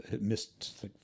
missed